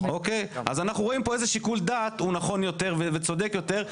אז אנחנו רואים פה איזה שיקול דעת נכון יותר וצודק יותר,